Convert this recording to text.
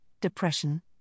depression